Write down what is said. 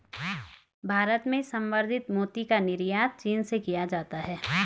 भारत में संवर्धित मोती का निर्यात चीन से किया जाता है